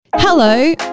Hello